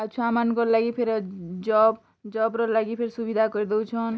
ଆଉ ଛୁଆମାନଙ୍କର୍ ଲାଗି ଫେରେ ଜବ୍ର ଲାଗି ଫିର୍ ସୁବିଧା କରିଦଉଛନ୍